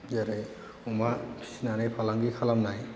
जेरै अमा फिसिनानै फालांगि खालामनाय